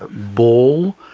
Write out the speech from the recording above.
ah ball,